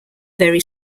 very